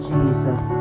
Jesus